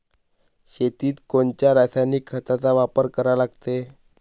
शेतीत कोनच्या रासायनिक खताचा वापर करा लागते?